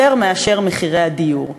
יותר ממחירי הדיור.